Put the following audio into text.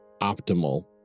optimal